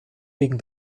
wegen